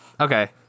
okay